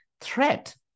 threat